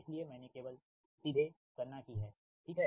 इसलिए मैंने केवल सीधे गणना की है ठीक है